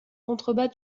contrebas